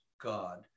God